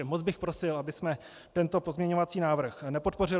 Moc bych prosil, abychom tento pozměňovací návrh nepodpořili.